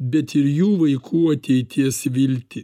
bet ir jų vaikų ateities viltį